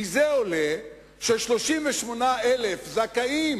מזה עולה ש-38,000 זכאים